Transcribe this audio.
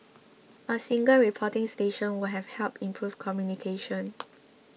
a single reporting station would have helped improve communication